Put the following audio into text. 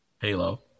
Halo